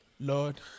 lord